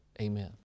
Amen